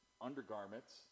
undergarments